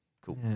cool